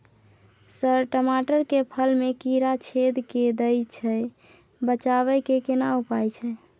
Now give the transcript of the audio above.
Sir टमाटर के फल में कीरा छेद के दैय छैय बचाबै के केना उपाय छैय?